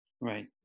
Right